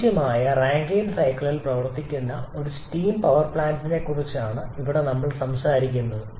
അനുയോജ്യമായ റാങ്കൈൻ സൈക്കിളിൽ പ്രവർത്തിക്കുന്ന ഒരു സ്റ്റീം പവർ പ്ലാന്റിനെക്കുറിച്ചാണ് ഇവിടെ നമ്മൾ സംസാരിക്കുന്നത്